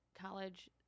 college